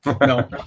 No